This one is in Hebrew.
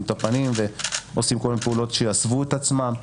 את הפנים ועושים כל מיני פעולות שיסוו את עצמם.